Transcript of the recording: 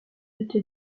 adapté